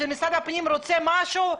כשמשרד הפנים רוצה משהו,